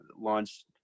launched